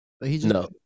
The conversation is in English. no